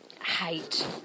hate